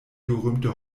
berühmte